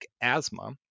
asthma